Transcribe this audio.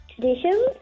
traditions